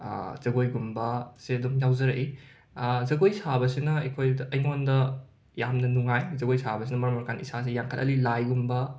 ꯖꯒꯣꯏꯒꯨꯝꯕ ꯑꯁꯤ ꯑꯗꯨꯝ ꯌꯥꯎꯖꯔꯛꯏ ꯖꯒꯣꯏ ꯁꯥꯕꯁꯤꯅ ꯑꯩꯈꯣꯏꯗ ꯑꯩꯉꯣꯟꯗ ꯌꯥꯝꯅ ꯅꯨꯡꯉꯥꯏ ꯖꯒꯣꯏ ꯁꯥꯕꯁꯤꯅ ꯃꯔꯝ ꯑꯣꯏꯔꯀꯥꯟꯗ ꯏꯁꯥꯁꯤ ꯌꯥꯡꯈꯠꯍꯜꯂꯤ ꯂꯥꯏꯒꯨꯝꯕ